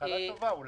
התחלה טובה.